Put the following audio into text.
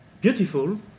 beautiful